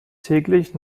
täglich